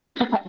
Okay